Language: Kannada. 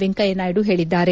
ವೆಂಕಯ್ಯನಾಯ್ಡು ಹೇಳಿದ್ದಾರೆ